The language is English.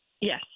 Yes